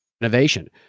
innovation